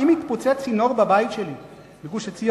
אם יתפוצץ צינור בבית שלי בגוש-עציון,